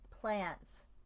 plants